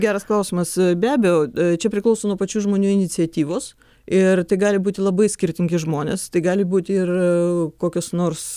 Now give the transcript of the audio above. geras klausimas be abejo čia priklauso nuo pačių žmonių iniciatyvos ir tai gali būti labai skirtingi žmonės tai gali būti ir kokios nors